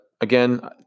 again